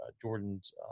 Jordan's